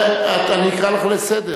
אני אקרא אותך לסדר.